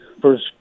first